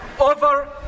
over